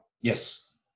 Yes